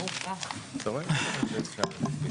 הישיבה נעולה.